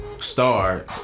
star